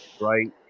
right